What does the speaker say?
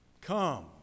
Come